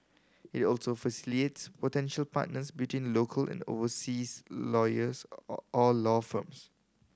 it also facilitates potential partners between local and overseas lawyers or law firms